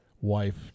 wife